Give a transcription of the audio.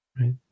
right